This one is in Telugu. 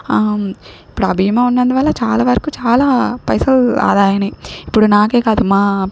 ఇప్పుడా బీమా ఉన్నందు వల్ల చాలా వరకు చాలా పైసలు ఆదా అయినాయి ఇప్పుడు నాకే కాదు మా